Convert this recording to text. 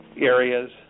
areas